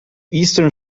eastern